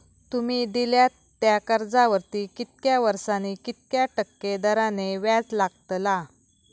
तुमि दिल्यात त्या कर्जावरती कितक्या वर्सानी कितक्या टक्के दराने व्याज लागतला?